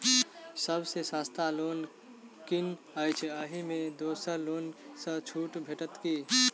सब सँ सस्ता लोन कुन अछि अहि मे दोसर लोन सँ छुटो भेटत की?